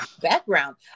background